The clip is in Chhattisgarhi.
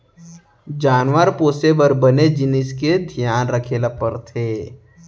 जानवर पोसे बर बने जिनिस के धियान रखे ल परथे